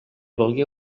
valgué